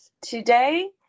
today